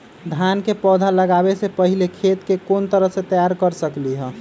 धान के पौधा लगाबे से पहिले खेत के कोन तरह से तैयार कर सकली ह?